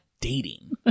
dating